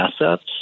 assets